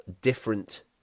different